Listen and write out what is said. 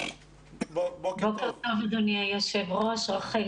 בוקר טוב, אדוני היושב ראש,